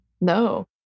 no